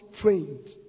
trained